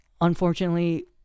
unfortunately